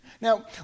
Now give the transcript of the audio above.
Now